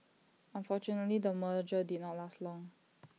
unfortunately the merger did not last long